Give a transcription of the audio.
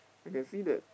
I can see that